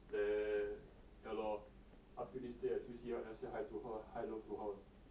then ya lor up till this day I still see her I'll say hi to her hello to her